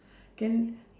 can